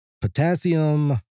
potassium